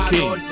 King